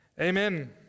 Amen